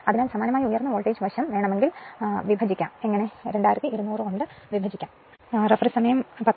അതിനാൽ സമാനമായി ഉയർന്ന വോൾട്ടേജ് വശം വേണമെങ്കിൽ വിഭജിക്കാം എന്ത് കോളിന് വിഭജിക്കാം 2200